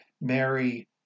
Mary